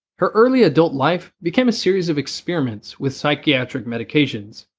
her early adult life became a series of experiments with psychiatric medications.